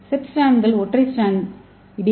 set ஸ்ட்ராண்ட்கள் ஒற்றை stranded D